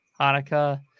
Hanukkah